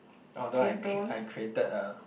although I cr~ I created a